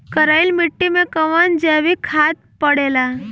करइल मिट्टी में कवन जैविक खाद पड़ेला?